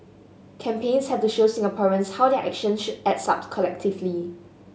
campaigns have to show Singaporeans how their action adds up collectively